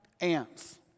Ants